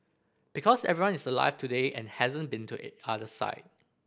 because everyone is alive today and hasn't been to other side